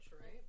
right